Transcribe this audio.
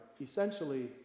essentially